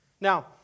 Now